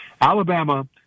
Alabama